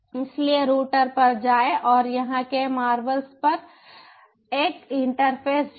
इसलिए राउटर पर जाएं और यहां के मार्वलस पर एक इंटरफ़ेस जोड़ें